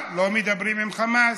אבל לא מדברים עם חמאס.